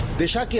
disha